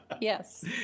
Yes